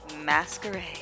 masquerade